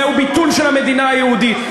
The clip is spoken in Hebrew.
לא נכון, זה רק בתפיסה גזענית.